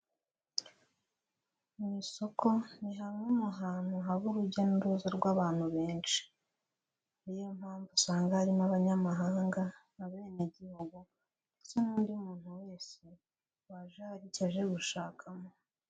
Mu isoko, ni hamwe mu hantu haba urujya n'uruza rw'abantu benshi. Niyo mpamvu usanga harimo abanyamahanga, abenegihugu ndetse n'undi muntu wese waje hari icyo aje gushakamo.